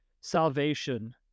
salvation